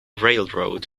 railroad